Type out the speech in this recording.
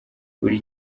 buri